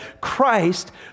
Christ